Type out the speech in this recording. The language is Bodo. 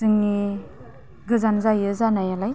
जोंनि गोजान जायो जानायालाय